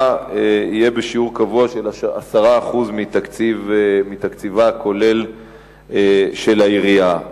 יהיה בשיעור קבוע של 10% מתקציבה הכולל של העירייה.